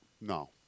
No